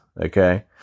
okay